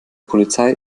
polizei